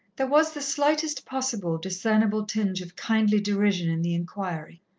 there was the slightest possible discernible tinge of kindly derision in the inquiry.